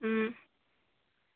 ꯎꯝ